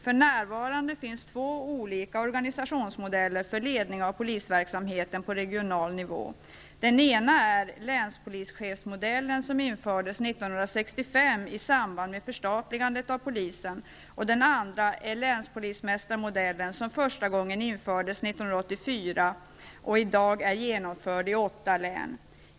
För närvarande finns två olika organisationsmodeller för ledning av polisverksamheten på regional nivå. Den ena är länspolischefsmodellen, som infördes 1965 i samband med förstatligandet av polisen. Den andra är länspolismästarmodellen, som första gången infördes 1984 och i dag är genomförd i åtta län.